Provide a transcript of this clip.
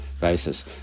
basis